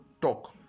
talk